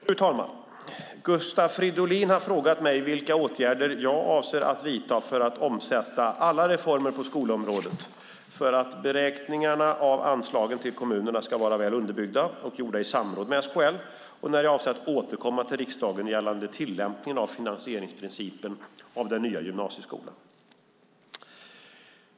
Fru talman! Gustav Fridolin har frågat mig vilka åtgärder jag avser att vidta för att omsätta alla reformer på skolområdet och för att beräkningarna av anslagen till kommunerna ska vara väl underbyggda och gjorda i samråd med SKL samt när jag avser att återkomma till riksdagen gällande tillämpningen av finansieringsprincipen av den nya gymnasieskolan.